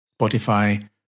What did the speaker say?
Spotify